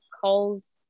calls